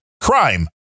crime